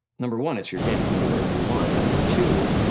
number one, it's your game, you can do whatever you want, but number two,